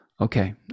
Okay